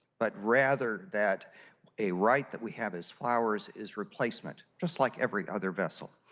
but rather that a right that we have as flowers is replacement, just like every other vessel.